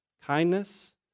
kindness